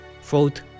Fourth